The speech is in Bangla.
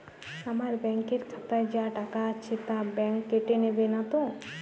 আমার ব্যাঙ্ক এর খাতায় যা টাকা আছে তা বাংক কেটে নেবে নাতো?